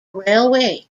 railway